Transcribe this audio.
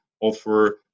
offer